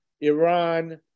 Iran